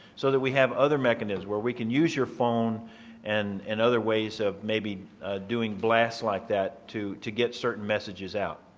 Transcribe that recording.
so that we have other mechanisms where we can use your phone and and other ways of maybe doing blast like that to to get certain messages out.